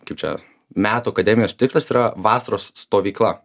kaip čia metų akademijos tikslas yra vasaros stovykla